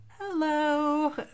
Hello